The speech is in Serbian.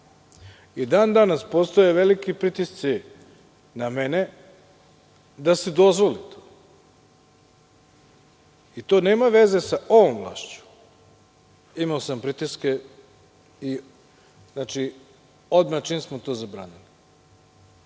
I dan danas postoje veliki pritisci na mene da se dozvoli i to nema veze sa ovom vlašću. Imao sam pritiske odmah čim smo to zabranili. Između